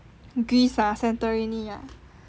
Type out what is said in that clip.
greece ah santorini ah